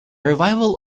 revival